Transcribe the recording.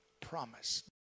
promise